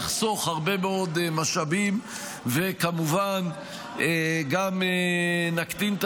נחסוך הרבה מאוד משאבים וכמובן גם נקטין את